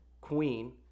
queen